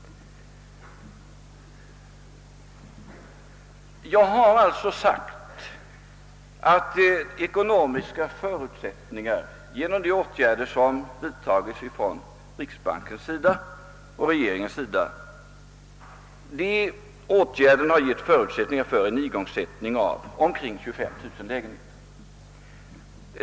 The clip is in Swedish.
Jag sade alltså att genom de åtgärder som vidtagits från riksbankens och regeringens sida hade skapats ekonomiska förutsättningar för en igångsättning av omkring 25 000 lägenheter.